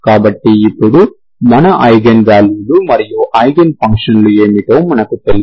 కాబట్టి ఇప్పుడు మన ఐగెన్ వాల్యూలు మరియు ఐగెన్ ఫంక్షన్లు ఏమిటో మనకు తెలుసు